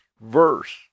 Verse